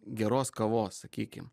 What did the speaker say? geros kavos sakykim